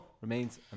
remains